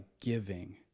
giving